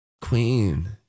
Queen